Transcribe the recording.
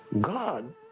God